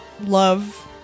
love